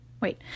Wait